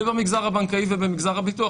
ובמגזר הבנקאי ובמגזר הביטוח,